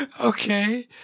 Okay